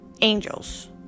angels